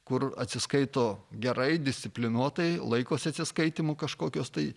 kur atsiskaito gerai disciplinuotai laikosi atsiskaitymų kažkokios tai